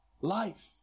Life